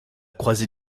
croisée